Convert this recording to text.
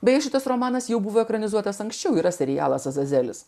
beje šitas romanas jau buvo ekranizuotas anksčiau yra serialas azazelis